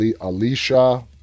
Alicia